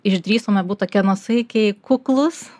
išdrįsome būt tokia nuosaikiai kuklūs